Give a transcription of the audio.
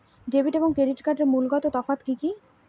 Debit এবং credit কার্ডের মূলগত তফাত কি কী?